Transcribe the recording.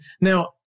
Now